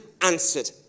answered